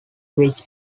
which